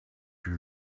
you